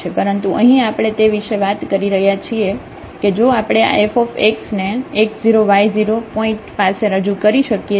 પરંતુ અહીં આપણે તે વિશે વાત કરી રહ્યા છીએ કે જો આપણે આ f ને x0 y0 પોઇન્ટ પાસે રજુ કરી શકીએ છીએ